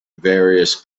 various